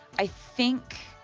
i think.